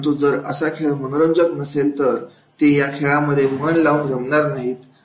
परंतु जर असा खेळ मनोरंजक नसेल तर ते या खेळामध्ये मन लावून रमणार नाहीत